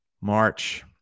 march